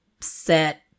set